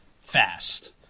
fast